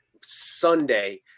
Sunday